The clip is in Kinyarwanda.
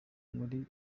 muri